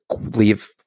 leave